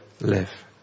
live